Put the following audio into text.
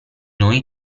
noi